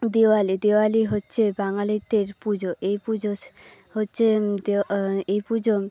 দেওয়ালি দেওয়ালি হচ্ছে বাঙালিদের পুজো এই পুজো হচ্ছে এই পুজো